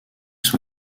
sur